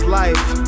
life